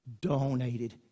donated